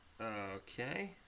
Okay